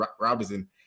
Robinson